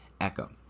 echo